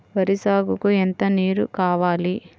వరి సాగుకు ఎంత నీరు కావాలి?